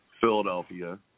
Philadelphia